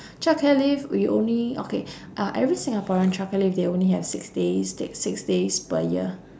childcare leave we only okay uh every singaporean childcare leave they only have six days take six days per year